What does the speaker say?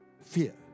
Fear